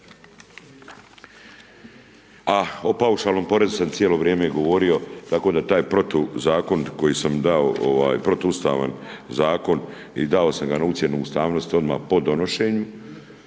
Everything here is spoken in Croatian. A o paušalnom porezu sam cijelo vrijeme i govorio tako da taj protu zakon koji sam dao, protuustavan zakon i dao sam ga na ucjenu ustavnosti odmah po donošenju,